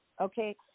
Okay